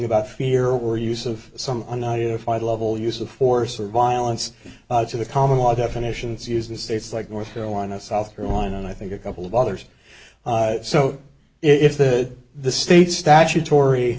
about here or use of some on the unified level use of force or violence to the common law definitions used in states like north carolina south carolina and i think a couple of others so if the the state's statutory